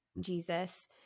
Jesus